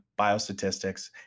biostatistics